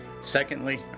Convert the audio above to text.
Secondly